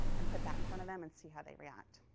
and put that in front of them, and see how they react.